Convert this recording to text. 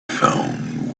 found